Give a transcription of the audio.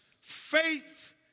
faith